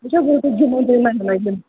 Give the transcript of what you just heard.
وٕچھ حظ